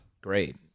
Great